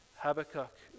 Habakkuk